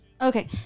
Okay